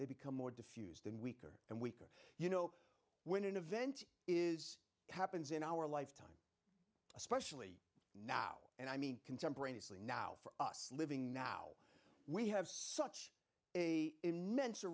they become more diffused and weaker and weaker you know when an event is happens in our lifetime especially now and i mean contemporaneously now for us living now we have such a immen